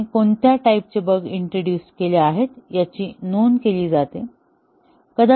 त्याने कोणत्या टाईप च्या बग्स इंट्रोड्युसड केल्या आहेत याची नोंद केली जाते